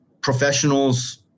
professionals